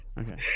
okay